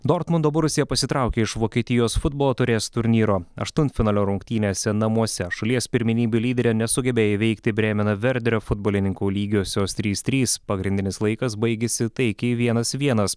dortmundo borusija pasitraukė iš vokietijos futbolo taurės turnyro aštuntfinalio rungtynėse namuose šalies pirmenybių lyderė nesugebėjo įveikti brėmeno verderio futbolininkų lygiosios trys trys pagrindinis laikas baigėsi taikiai vienas vienas